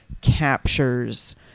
captures